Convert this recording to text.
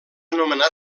nomenar